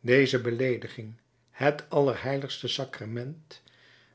deze beleediging het allerheiligste sacrament